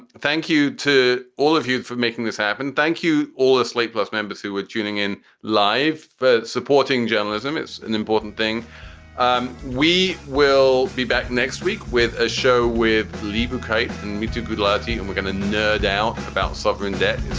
thank you to all of you for making this happen. thank you. all this ah slate plus members who were tuning in live for supporting journalism is an important thing um we will be back next week with a show with levi and me too. good luck to you. and we're gonna no doubt about sovereign debt.